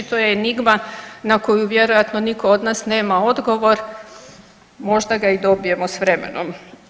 To je enigma na koju vjerojatno nitko od nas nema odgovor, možda ga i dobijemo s vremenom.